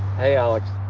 hey, alex.